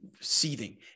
seething